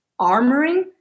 armoring